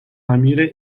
امیر